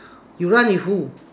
you run with who